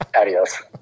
Adios